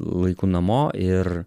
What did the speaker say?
laiku namo ir